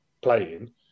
playing